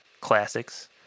Classics